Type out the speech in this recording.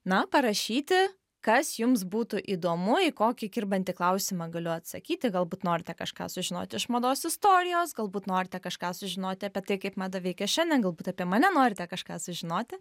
na parašyti kas jums būtų įdomu į kokį kirbantį klausimą galiu atsakyti galbūt norite kažką sužinoti iš mados istorijos galbūt norite kažką sužinoti apie tai kaip mada veikia šiandien galbūt apie mane norite kažką sužinoti